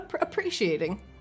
appreciating